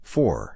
Four